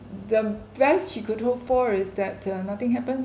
the best she could hope for is that uh nothing happened